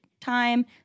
time